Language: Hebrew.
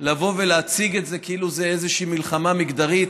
לבוא ולהציג את זה כאילו זאת איזו מלחמה מגדרית,